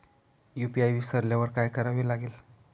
UPI विसरल्यावर काय करावे लागेल?